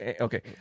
okay